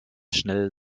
schnell